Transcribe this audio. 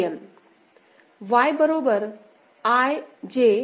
An Y I